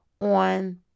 on